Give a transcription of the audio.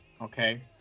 okay